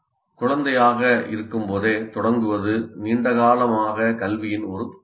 குழந்தையாக இருக்கும் போதே தொடங்குவது நீண்ட காலமாக கல்வியின் ஒரு கொள்கையாகும்